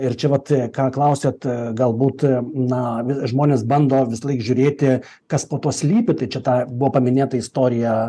ir čia vat ką klausiat galbūt na žmonės bando visąlaik žiūrėti kas po tuo slypi tai čia ta buvo paminėta istorija